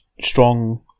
strong